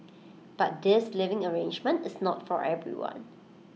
but this living arrangement is not for everyone